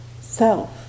self